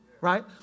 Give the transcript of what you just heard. right